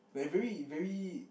like very very